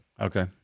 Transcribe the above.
Okay